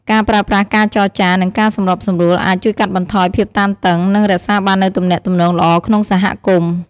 ការប្រើប្រាស់ការចរចា និងការសម្របសម្រួលអាច ជួយកាត់បន្ថយភាពតានតឹង និង រក្សាបាននូវទំនាក់ទំនងល្អក្នុងសហគមន៍។